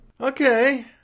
Okay